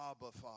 Father